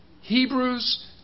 Hebrews